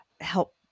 help